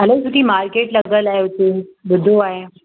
हलो सुठी मार्किट लॻलि आहे हुते ॿुधो आहे